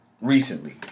recently